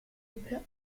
per